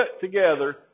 together